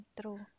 True